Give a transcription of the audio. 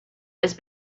was